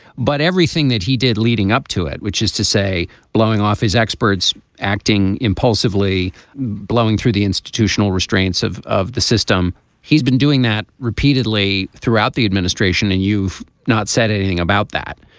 but everything that he did leading up to it which is to say blowing off his expertise acting impulsively blowing through the institutional restraints of of the system he's been doing that repeatedly throughout the administration and you've not said anything about that.